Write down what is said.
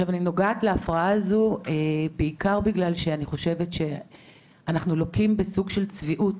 אני נוגעת בהפרעה הזו בעיקר כי אני חושבת שאנחנו לוקים בסוג של צביעות,